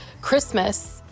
Christmas